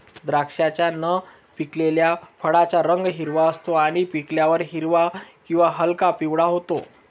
द्राक्षाच्या न पिकलेल्या फळाचा रंग हिरवा असतो आणि पिकल्यावर हिरवा किंवा हलका पिवळा होतो